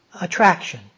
attraction